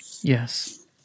Yes